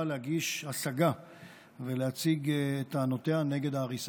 להגיש השגה ולהציג טענותיה נגד ההריסה.